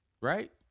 right